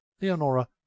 Leonora